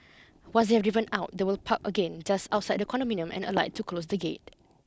once they have driven out they will park again just outside the condominium and alight to close the gate